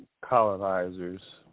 colonizers